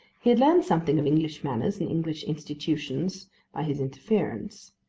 he had learned something of english manners and english institutions by his interference,